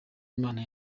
imana